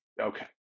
Okay